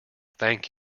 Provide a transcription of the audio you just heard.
thank